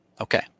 Okay